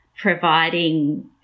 providing